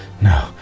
No